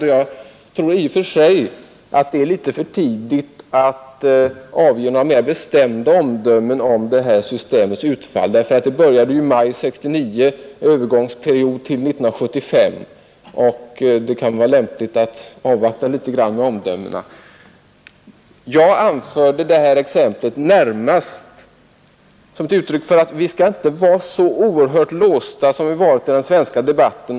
Jag tror att det i och för sig är litet för tidigt att avge några mera bestämda omdömen om utfallet av detta system, eftersom det började tillämpas i maj 1969 med en övergångsperiod fram till 1975. Det kan därför vara lämpligt att avvakta litet grand med omdömena. Jag anförde exemplet närmast för att understryka att vi inte skall vara så oerhört låsta som vi varit i den svenska debatten.